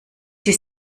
sie